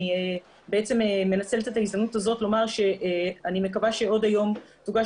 אני מנצלת את ההזדמנות הזאת לומר שאני מקווה שעוד היום תוגש